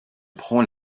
prend